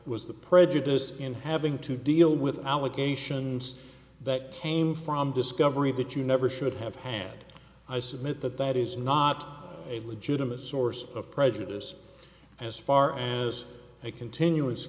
was the prejudice in having to deal with allegations that came from discovery that you never should have had i submit that that is not a legitimate source of prejudice as far as they continu